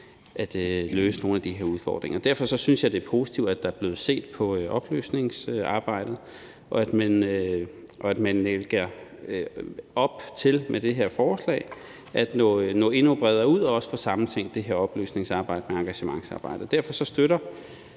at løse nogle af de her udfordringer. Derfor synes jeg, det er positivt, at der er blevet set på oplysningsarbejdet, og at man med det her forslag lægger op til at nå endnu bredere ud og også få sammentænkt oplysningsarbejdet med engagementsarbejdet. Derfor støtter